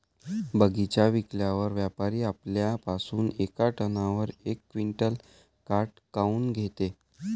बगीचा विकल्यावर व्यापारी आपल्या पासुन येका टनावर यक क्विंटल काट काऊन घेते?